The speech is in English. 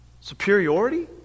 Superiority